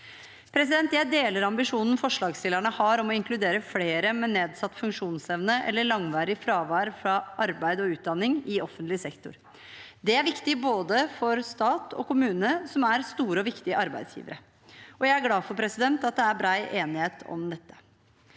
Jeg deler ambisjonen forslagsstillerne har om å inkludere flere med nedsatt funksjonsevne eller langvarig fravær fra arbeid og utdanning i offentlig sektor. Det er viktig for både stat og kommune, som er store og viktige arbeidsgivere, og jeg er glad for at det er bred enighet om dette.